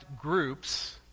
groups